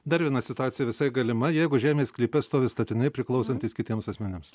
dar viena situacija visai galima jeigu žemės sklype stovi statiniai priklausantys kitiems asmenims